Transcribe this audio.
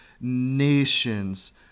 nations